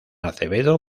acevedo